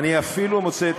אני אפילו מוצא את